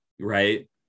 right